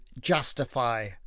justify